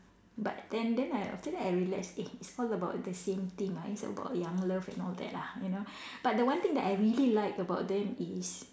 but then then I after that I realise eh it's all about the same thing lah it's about young love and all that lah you know but the one thing I really like about them is